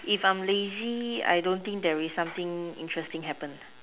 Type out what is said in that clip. if I'm lazy I don't think there is some interesting happen